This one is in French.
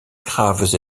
graves